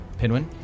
Pinwin